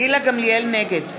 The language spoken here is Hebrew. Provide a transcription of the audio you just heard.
נגד